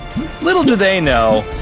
little do they know,